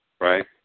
right